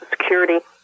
Security